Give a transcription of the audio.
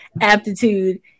aptitude